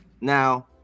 now